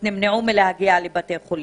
מלהגיע לבתי חולים.